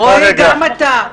רועי, גם אתה.